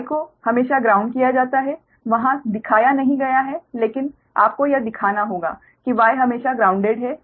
Y को हमेशा ground किया जाता है वहां दिखाया नहीं गया है लेकिन आपको यह दिखाना होगा कि Y हमेशा ग्राउंडेड है